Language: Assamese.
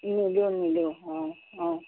নিদিও নিদিও অঁ অঁ